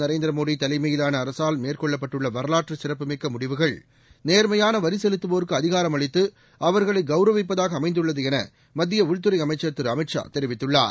நரேந்திர மோடி தலைமையிலான அரசால் மேற்கொள்ளப்பட்டுள்ள வரலாற்றுச் சிறப்புமிக்க முடிவுகள் நேர்மையான வரி செலுத்துவோருக்கு அதிகாரம் அளித்து அவர்களை கௌரவிப்பதாக அமைந்துள்ளது என மத்திய உள்துறை அமைச்சர் திரு அமித் ஷா தெரிவித்துள்ளார்